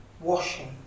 Washing